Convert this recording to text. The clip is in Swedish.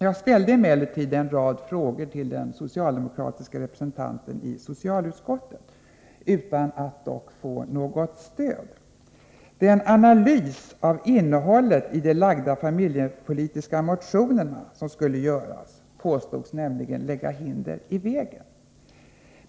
Jag ställde emellertid en rad frågor till den socialdemokratiska representanten i socialutskottet, dock utan att få något svar. Den analys av innehållet i de framlagda familjepolitiska motionerna som skulle göras påstods nämligen lägga hinder i vägen.